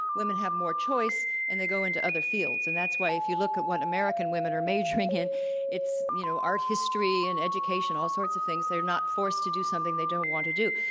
women have more choice, and they go into other fields. and that's why if you look at what american women are majoring in it's you know art history and education, all sorts of things. they're not forced to do something they don't want to do.